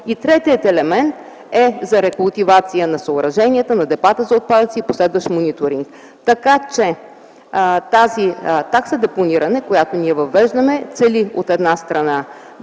и третият елемент е за рекултивация на съоръженията, на депата за отпадъци и последващ мониторинг. Тази такса депониране, която ние въвеждаме, цели от една страна